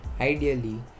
Ideally